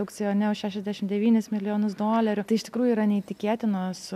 aukcione už šešiasdešimt devynis milijonus dolerių tai iš tikrųjų yra neįtikėtinos